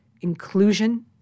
inclusion